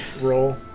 roll